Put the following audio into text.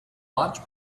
large